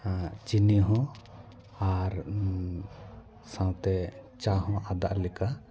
ᱪᱤᱱᱤ ᱦᱚᱸ ᱟᱨ ᱥᱟᱶᱛᱮ ᱪᱟ ᱦᱚᱸ ᱟᱫᱟᱜ ᱞᱮᱠᱟ